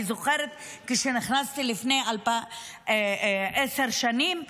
אני זוכרת שכשנכנסתי לפני עשר שנים,